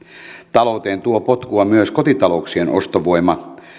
talouteen tuo potkua myös kotitalouksien ostovoima